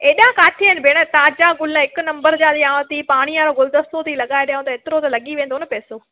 हेॾा किथे आहिनि भेण ताज़ा गुल हिकु नंबर जा ॾियांव थी पाणी वारो गुलदस्तो थी लॻाए ॾियांव त हेतिरो त लॻी वेंदो न पैसो